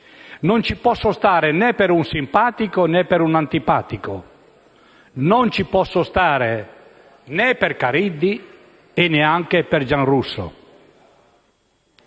Non ci posso stare, né per un simpatico, né per un antipatico; non ci posso stare né per Caridi, né per Giarrusso.